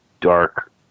dark